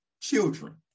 children